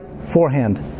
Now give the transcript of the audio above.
forehand